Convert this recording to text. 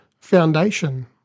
foundation